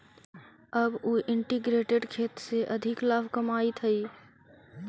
अब उ इंटीग्रेटेड खेती से अधिक लाभ कमाइत हइ